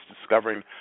discovering